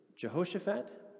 Jehoshaphat